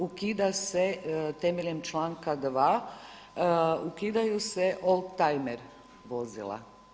Ukida se temeljem članka 2., ukidaju se oldtajmer vozila.